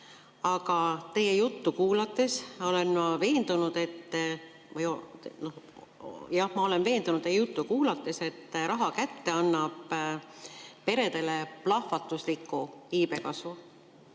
Aga teie juttu kuulates olen ma veendunud, et raha kätte annab peredele plahvatusliku iibe kasvu.